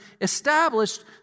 established